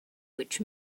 which